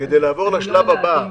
כדי לעבור לשלב הבא.